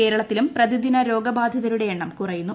കേരളത്തിലൂർ പ്രതിദിന രോഗബാധിതരുടെ എണ്ണം കുറയുന്നു